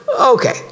Okay